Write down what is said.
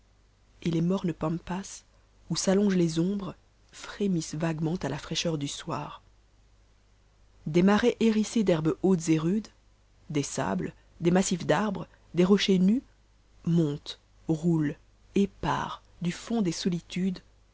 et les mornes pampas où s'allongent tes ombres frémissent vaguement à la fraîcheur du soir des marais hérissas d'herbes hautes et rades des sanes des massms d'arbres des rochers nus montent roulent épars du fond des solitudes